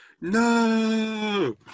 no